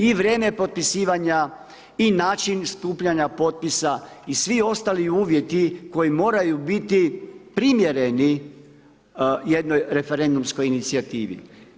I vrijeme potpisivanja i način skupljanja potpisa i svi ostali uvjeti koji moraju biti primjereni jednoj referendumskoj inicijativi.